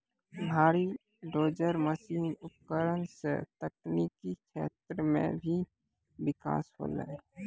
भारी dozer machine उपकरण सें तकनीकी क्षेत्र म भी बिकास होलय